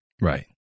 Right